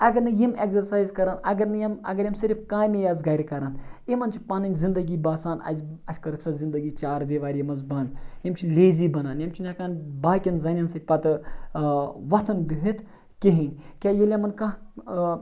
اگر نہٕ یِم اٮ۪کزَسایز کَرَن اگر نہٕ یِم اگر یِم صرف کامے یاژٕ گَرِ کَرَن یِمَن چھِ پَنٕںۍ زندگی باسان اَسہِ اَسہِ کٔرٕکھ سۄ زندگی چار دِواری منٛز بنٛد یِم چھِ لیزی بَنان یِم چھِنہٕ ہٮ۪کان باقٕیَن زَنٮ۪ن سۭتۍ پَتہٕ وۄتھُن بِہِتھ کِہیٖنۍ کیٛاہ ییٚلہِ یِمَن کانٛہہ